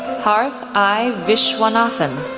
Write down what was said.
parth i. viswanathan,